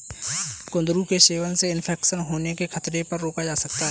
कुंदरू के सेवन से इन्फेक्शन होने के खतरे को रोका जा सकता है